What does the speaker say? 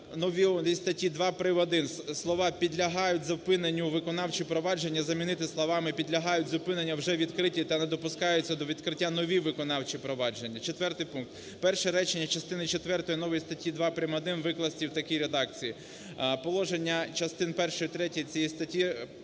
нової статті 2 прим.1 слова "підлягають зупиненню виконавчі провадження" замінити словами "підлягають зупиненню вже відкриті та не допускаються до відкриття нові виконавчі провадження". Четвертий пункт. Перше речення частини четвертої нової статті 2 прим.1 викласти в такій редакції: "Положення частин першої-третьої цієї статті